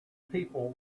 people